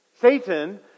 Satan